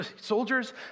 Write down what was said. Soldiers